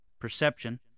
perception